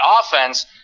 offense